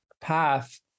path